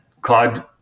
Claude